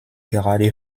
gerade